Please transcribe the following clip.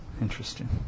interesting